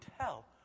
tell